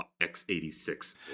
x86